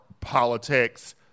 politics